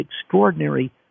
extraordinary